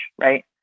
right